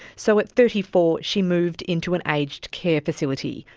so at thirty four she moved into an aged care facility,